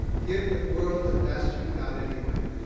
give the world the best you've got anyway.